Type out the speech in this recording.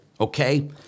okay